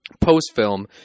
post-film